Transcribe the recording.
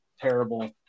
Terrible